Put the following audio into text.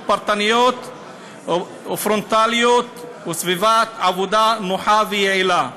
פרטניות ופרונטליות וסביבת עבודה נוחה ויעילה,